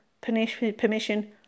permission